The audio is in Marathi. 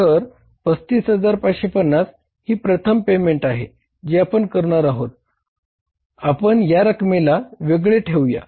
तर 35550 ही प्रथम पेमेंट आहे जी आपण करणार आहोत आपण या रकमेला वेगळे ठेऊया